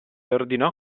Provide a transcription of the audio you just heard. ordinò